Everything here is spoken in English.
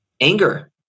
anger